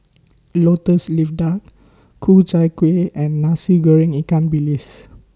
Lotus Leaf Duck Ku Chai Kuih and Nasi Goreng Ikan Bilis